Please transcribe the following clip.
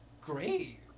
great